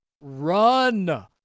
run